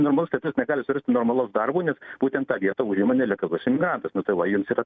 normalus lietuvis negali surasti normalaus darbo nes būtent tą vietą užima nelegalus imigrantas nu tai va jums ir